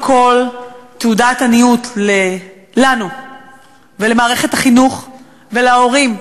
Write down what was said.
כול תעודת עניות לנו ולמערכת החינוך ולהורים.